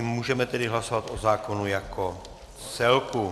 Můžeme tedy hlasovat o zákonu jako celku.